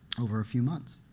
over a few months.